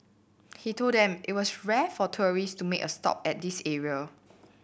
he told them it was rare for tourist to make a stop at this area